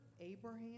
Abraham